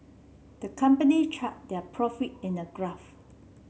the company charted their profit in a graph